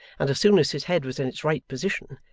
and as soon as his head was in its right position,